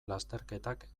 lasterketak